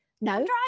no